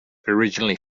originally